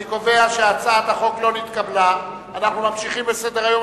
אנחנו ממשיכים בסדר-היום.